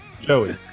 Joey